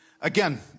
Again